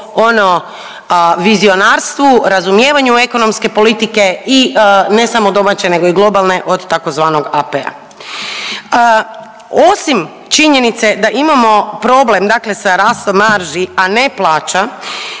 ono vizionarstvu, razumijevanju ekonomske politike i ne samo domaće nego i globalne od tzv. AP-a. Osim činjenice da imamo problem dakle sa rastom marži, a ne plaća